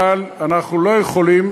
אבל אנחנו לא יכולים,